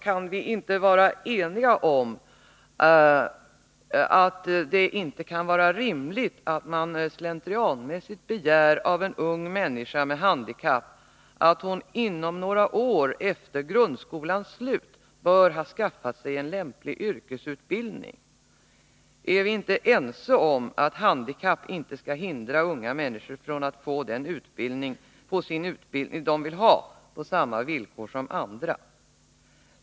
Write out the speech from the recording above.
Kan vi inte vara eniga om att det inte kan vara rimligt att slentrianmässigt begära av en ung människa med handikapp att hon inom några år efter grundskolans slut bör ha skaffat sig en lämplig yrkesutbildning? Är vi inte ense om att handikapp inte skall hindra unga människor från att få den utbildning de vill ha på samma villkor som andra?